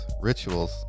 Rituals